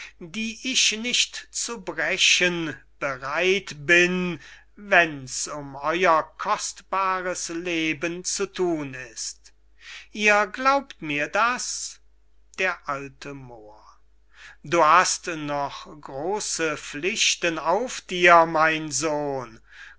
die ich nicht zu brechen bereit bin wenn's um euer kostbares leben zu thun ist ihr glaubt mir das d a moor du hast noch große pflichten auf dir mein sohn